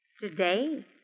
Today